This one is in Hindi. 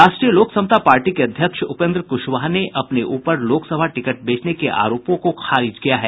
राष्ट्रीय लोक समता पार्टी के अध्यक्ष उपेन्द्र क्शवाहा ने अपने ऊपर लोकसभा टिकट बेचने के आरोपों को खारिज किया है